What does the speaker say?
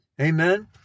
Amen